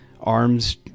arms